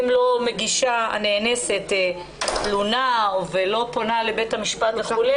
אם הנאנסת לא מגישה תלונה ולא פונה לבית המשפט וכו',